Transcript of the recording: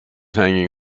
hanging